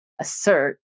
assert